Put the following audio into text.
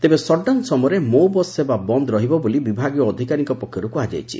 ତେବେ ସଟ୍ଡାଉନ ସମୟରେ ମୋ ବସ୍ ସେବା ବନ୍ଦ ରହିବ ବୋଲି ବିଭାଗୀୟ ଅଧିକାରୀଙ୍କ ପକ୍ଷରୁ କୁହାଯାଇଛି